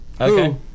Okay